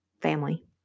family